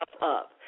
up